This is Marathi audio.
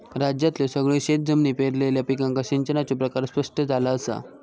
राज्यातल्यो सगळयो शेतजमिनी पेरलेल्या पिकांका सिंचनाचो प्रकार स्पष्ट झाला असा